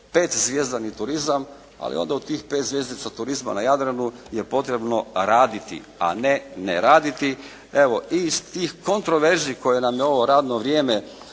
5 zvjezdani turizam, ali onda u tih 5 zvjezdica turizma na Jadranu je potrebno raditi, a ne ne raditi. Evo i iz tih kontraverzi koje nam je ovo radno vrijeme